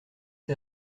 ces